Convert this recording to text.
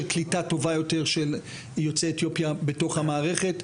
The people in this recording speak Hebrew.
קליטה טובה יותר של יוצאי אתיופיה בתוך המערכת.